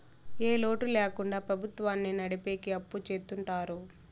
ఏ లోటు ల్యాకుండా ప్రభుత్వాన్ని నడిపెకి అప్పు చెత్తుంటారు